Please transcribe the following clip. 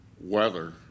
weather